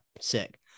sick